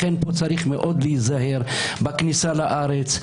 לכן פה צריך מאוד להיזהר בכניסה לארץ.